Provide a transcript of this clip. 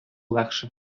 легше